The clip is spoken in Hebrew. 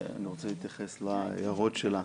אני רוצה להתייחס להערות שלה.